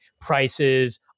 prices